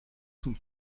zum